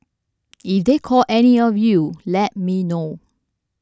if they call any of you let me know